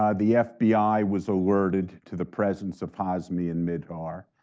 um the fbi was alerted to the presence of hazmi and mihdhar.